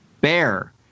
bear